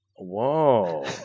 Whoa